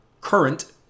current